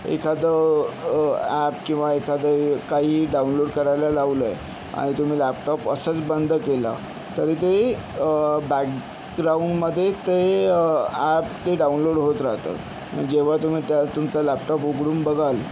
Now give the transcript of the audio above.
एखादं ॲप किंवा एखादं काहीही डाउनलोड करायला लावलंय आणि तुम्ही लॅपटॉप असचं बंद केला तरी ते बॅकग्राऊंडमध्ये ते ॲप ते डाउनलोड होत राहतं जेव्हा तुम्ही त्या तुमचा लॅपटॉप उघडून बघाल